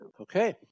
Okay